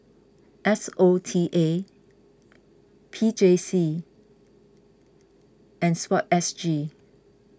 S O T A P J C and Sport S G